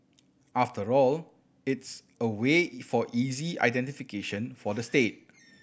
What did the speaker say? after all it's a way for easy identification for the state